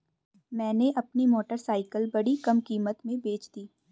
मैंने अपनी मोटरसाइकिल बड़ी कम कीमत में बेंच दी